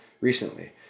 recently